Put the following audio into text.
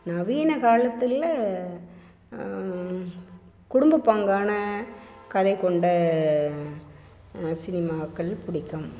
நவீன காலத்தில் குடும்ப பங்கான கதை கொண்ட சினிமாக்கள் பிடிக்கும்